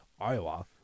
Iowa